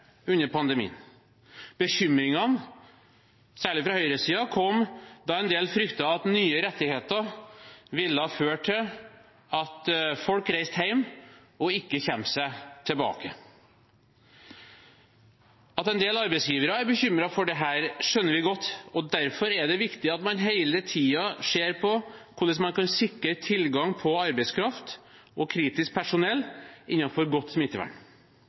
under pandemien. Bekymringene, særlig fra høyresiden, kom da en del fryktet at nye rettigheter ville føre til at folk reiste hjem og ikke kom seg tilbake. At en del arbeidsgivere er bekymret for dette, skjønner vi godt, og derfor er det viktig at man hele tiden ser på hvordan man kan sikre tilgang på arbeidskraft og kritisk personell innenfor godt smittevern.